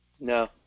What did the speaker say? No